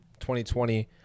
2020